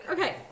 Okay